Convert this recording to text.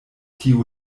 tiu